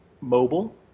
mobile